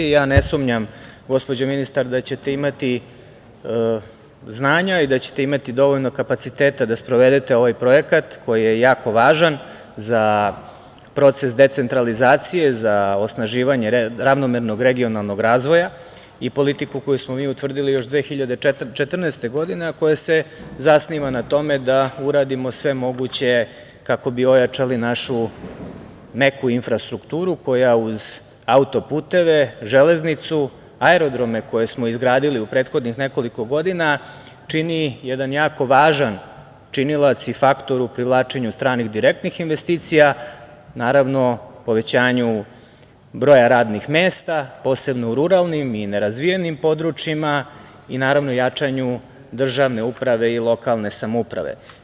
Ne sumnjam gospođo ministar da ćete imati znanja i da ćete imati dovoljno kapaciteta da sprovedete ovaj projekat koji je jako važan za proces decentralizacije, za osnaživanje ravnomernog regionalnog razvoja i politiku koju smo mi utvrdili još 2014. godine, a koja se zasniva na tome da uradimo sve moguće kako bi ojačali našu neku infrastrukturu koja uz autoputeve, železnicu, aerodrome koje smo izgradili u prethodnih nekoliko godina čini jedan jako važan činilac i faktor u privlačenju stranih direktnih investicija, naravno povećanju broja radnih mesta, posebno u ruralnim i nerazvijenim područjima i naravno jačanju državne uprave i lokalne samouprave.